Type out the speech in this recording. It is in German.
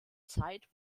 zeit